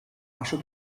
asche